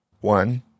One